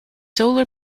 solar